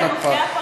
אין הקפאה.